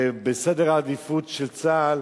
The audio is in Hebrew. ובסדר העדיפויות של צה"ל